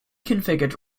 configured